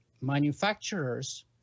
manufacturers